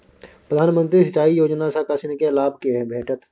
प्रधानमंत्री सिंचाई योजना सँ किसानकेँ लाभ भेटत